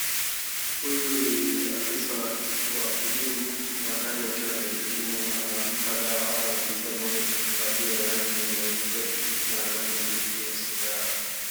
Huyu ni afisa wa kilimo na manthaari ikiwa ni ya kilimo, anampa dawa au kumnyunyuzia ng'ombe aliye na rangi nyeupe na rangi nyeusi dawa.